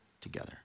together